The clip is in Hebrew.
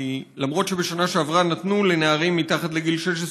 למרות שבשנה שעברה נתנו לנערים מתחת לגיל 16